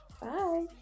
bye